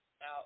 Now